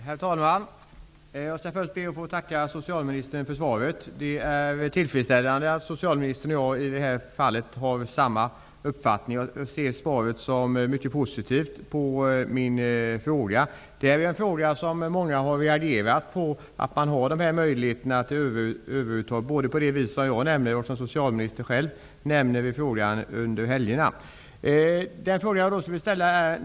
Herr talman! Låt mig först tacka socialministern för svaret. Det är tillfredsställande att socialministern och jag har samma uppfattning i det här fallet. Jag ser svaret på min fråga som mycket positivt. Det är många som har reagerat på att de här möjligheterna till överuttag finns. Det gäller både det sätt som jag nämner och det som socialministern tog upp i svaret, dvs. under helgerna.